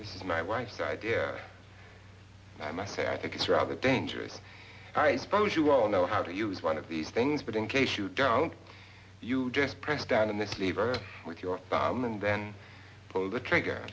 coffins my wife's idea i must say i think it's rather dangerous i suppose you all know how to use one of these things but in case you don't you just press down on this lever with your and then pull the trigger